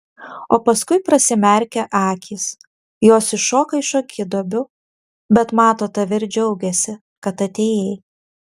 o paskui prasimerkia akys jos iššoka iš akiduobių bet mato tave ir džiaugiasi kad atėjai